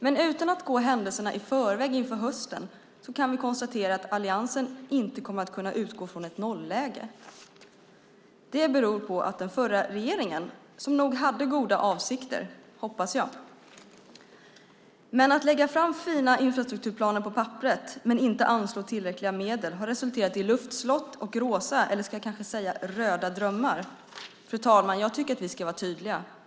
Men utan att gå händelserna i förväg inför hösten kan vi konstatera att alliansen inte kommer att kunna utgå från ett nolläge. Det beror på den förra regeringen. Den hade nog goda avsikter, hoppas jag. Men att man har lagt fram fina infrastrukturplaner på papperet utan att anslå tillräckliga medel har resulterat i luftslott och rosa - eller ska jag kanske säga röda? - drömmar. Fru talman! Jag tycker att vi ska vara tydliga.